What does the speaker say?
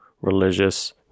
religious